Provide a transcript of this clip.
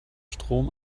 strom